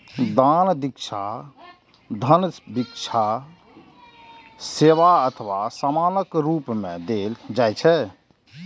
दान शिक्षा, धन, भिक्षा, सेवा अथवा सामानक रूप मे देल जाइ छै